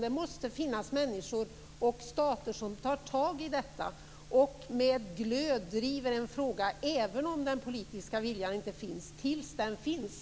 Det måste finnas människor och stater som tar tag i detta och med glöd driver en fråga även om den politiska viljan inte finns till dess att den finns.